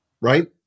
right